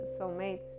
soulmates